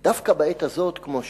דווקא בעת הזאת, כמו שאומרים,